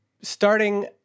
starting